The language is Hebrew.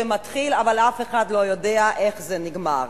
מתחיל אבל אף אחד לא יודע איך זה נגמר.